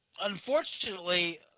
unfortunately